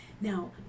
Now